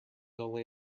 only